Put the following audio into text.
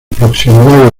proximidad